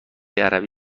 عربی